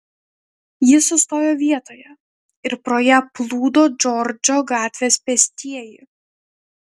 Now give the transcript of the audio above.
ji sustojo vietoje ir pro ją plūdo džordžo gatvės pėstieji